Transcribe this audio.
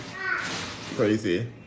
Crazy